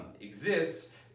exists